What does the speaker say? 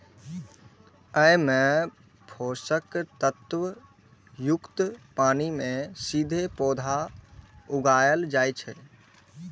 अय मे पोषक तत्व युक्त पानि मे सीधे पौधा उगाएल जाइ छै